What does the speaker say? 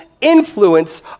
influence